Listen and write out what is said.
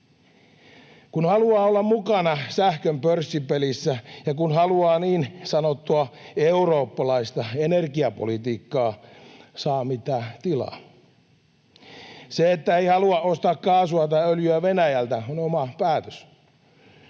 Kun haluaa olla mukana sähkön pörssipelissä ja kun haluaa niin sanottua eurooppalaista energiapolitiikkaa, saa, mitä tilaa. Se, että ei halua ostaa kaasua tai öljyä Venäjältä, on oma päätös.